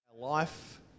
life